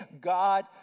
God